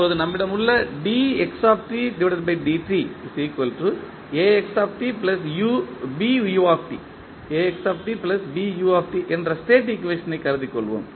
இப்போது நம்மிடம் உள்ள என்ற ஸ்டேட் ஈக்குவேஷன் ஐ கருதிக் கொள்வோம்